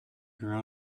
grew